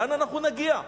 לאן אנחנו נגיע?